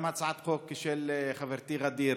גם הצעת החוק של חברתי ע'דיר,